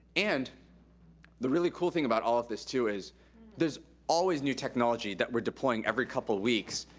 and the really cool thing about all of this, too, is there's always new technology that we're deploying every couple weeks,